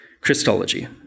Christology